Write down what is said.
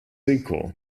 equal